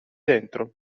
dentro